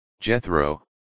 Jethro